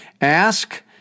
Ask